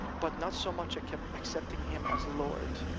but not so much accepting accepting him as lord